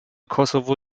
kosovo